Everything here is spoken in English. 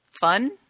fun